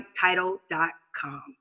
Title.com